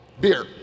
beer